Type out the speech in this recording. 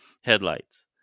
Headlights